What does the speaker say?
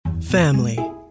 Family